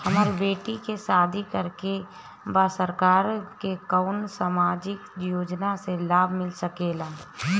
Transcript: हमर बेटी के शादी करे के बा सरकार के कवन सामाजिक योजना से लाभ मिल सके ला?